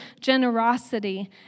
generosity